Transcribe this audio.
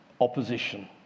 opposition